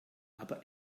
aber